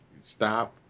stop